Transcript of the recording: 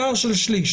פער של שליש.